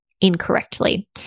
incorrectly